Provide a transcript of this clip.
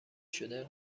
شده